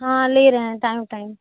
हाँ ले रहे है टाइम टाइम